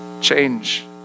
Change